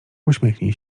uśmiechnij